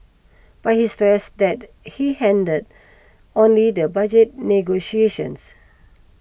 but he stressed that he handled only the budget negotiations